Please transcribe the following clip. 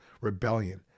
rebellion